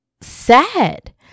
sad